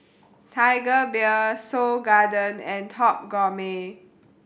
Tiger Beer Seoul Garden and Top Gourmet